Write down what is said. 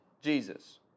Jesus